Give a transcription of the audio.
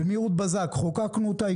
במהירות בזק חוקקנו אותה,